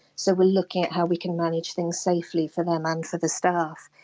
so we're looking at how we can manage things safely for them and for the staff.